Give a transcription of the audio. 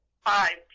five